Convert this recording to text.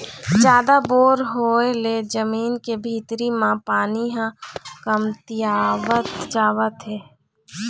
जादा बोर होय ले जमीन के भीतरी म पानी ह कमतियावत जावत हे